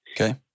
Okay